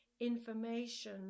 information